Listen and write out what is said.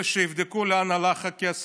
ושיבדקו לאן הלך הכסף: